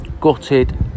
gutted